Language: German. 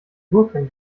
gurken